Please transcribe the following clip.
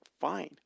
fine